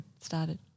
started